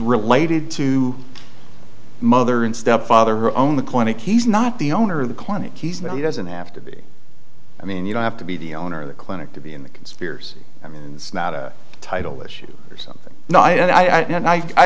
related to mother and stepfather who own the clinic he's not the owner of the clinic he's not he doesn't have to be i mean you don't have to be the owner of the clinic to be in the conspiracy i mean it's not a title issue or something no i